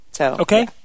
Okay